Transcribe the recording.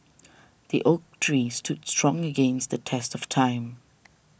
the oak tree stood strong against the test of time